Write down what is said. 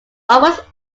almost